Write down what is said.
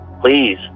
Please